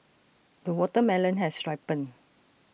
the watermelon has ripened